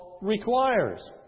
requires